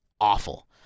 awful